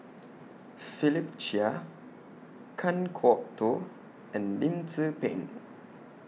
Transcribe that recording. Philip Chia Kan Kwok Toh and Lim Tze Peng